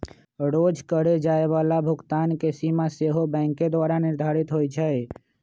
रोज करए जाय बला भुगतान के सीमा सेहो बैंके द्वारा निर्धारित होइ छइ